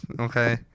okay